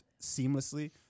seamlessly